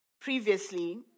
Previously